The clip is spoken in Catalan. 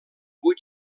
vuit